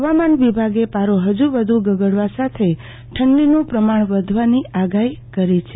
હવામાન વિભાગે પારો હજુ વધુ ગગડવા સાથે ઠંડીનું પ્રમાણ વધવાની આગાહી કરી છે